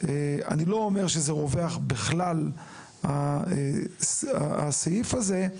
אני לא אומר שזה רווח בכלל הסעיף הזה,